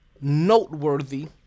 noteworthy